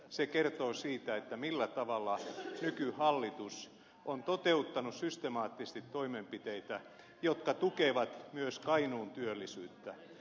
se kertoo siitä millä tavalla nykyhallitus on toteuttanut systemaattisesti toimenpiteitä jotka tukevat myös kainuun työllisyyttä